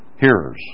hearers